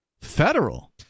Federal